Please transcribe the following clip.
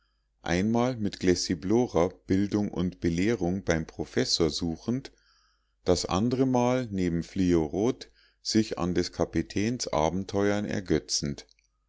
einmal mit glessiblora bildung und belehrung beim professor suchend das andremal neben fliorot sich an des kapitäns abenteuern ergötzend